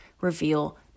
reveal